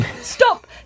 Stop